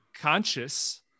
conscious